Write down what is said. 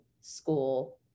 school